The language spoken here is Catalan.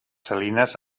salines